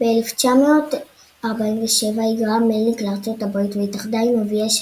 הנצחה ב-1947 היגרה מלניק לארצות הברית והתאחדה עם אביה,